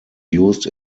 used